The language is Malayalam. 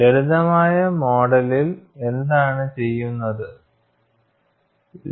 ലളിതമായ മോഡലിൽ എന്താണ് ചെയ്തത്